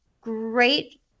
great